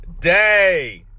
day